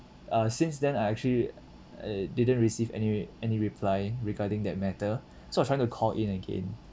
uh since then I actually uh didn't receive any any reply regarding that matter so I'm trying to call in again